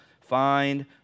find